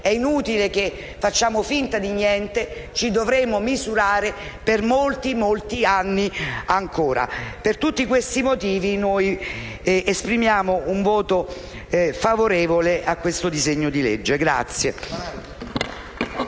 è inutile che facciamo finta di niente - ci dovremo misurare per molti anni ancora. Per tutti questi motivi esprimiamo un voto favorevole al disegno di legge in